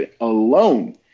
alone